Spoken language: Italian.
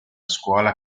scuola